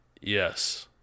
Yes